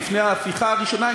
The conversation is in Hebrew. לפני ההפיכה הראשונה,